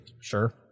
Sure